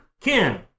Ken